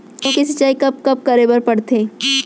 गेहूँ के सिंचाई कब कब करे बर पड़थे?